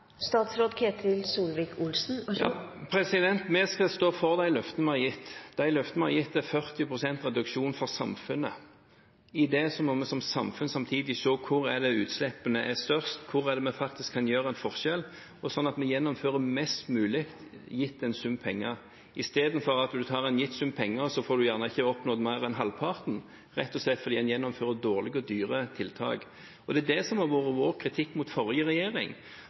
Vi skal stå for de løftene vi har gitt. De løftene vi har gitt, er 40 pst. reduksjon for samfunnet. I det må vi som samfunn samtidig se på hvor utslippene er størst, hvor er det vi faktisk kan gjøre en forskjell, sånn at vi gjennomfører mest mulig til en gitt sum penger. Istedenfor at vi tar en gitt sum penger, og så får man gjerne ikke oppnådd mer enn halvparten, rett og slett fordi man gjennomfører dårlige og dyre tiltak. Det er det som har vært vår kritikk mot forrige regjering,